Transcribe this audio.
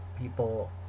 people